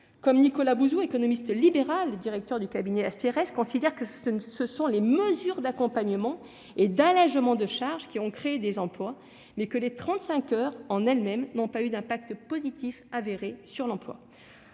comme Nicolas Bouzou, économiste libéral et directeur du cabinet Asterès, estiment que ce sont les mesures d'accompagnement et d'allégement de charges qui ont créé des emplois, mais que les 35 heures en elles-mêmes n'ont pas eu d'impact positif avéré sur l'emploi.